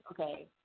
okay